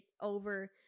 over